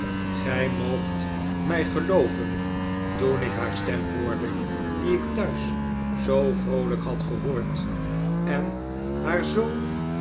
gij moogt mij gelooven toen ik haar stem hoorde die ik thuis zoo vroolijk had gehoord en haar zoo